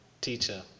teacher